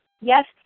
Yes